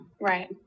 Right